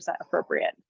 appropriate